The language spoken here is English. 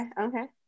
okay